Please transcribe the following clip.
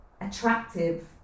attractive